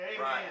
Amen